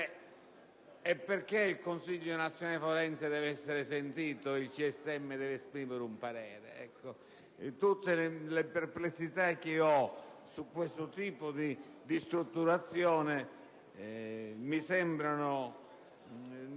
perché il Consiglio nazionale forense deve essere sentito e il CSM deve esprimere un parere? Tutte le perplessità che ho su questo tipo di strutturazione mi sembrano